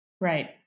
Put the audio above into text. Right